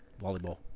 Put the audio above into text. Volleyball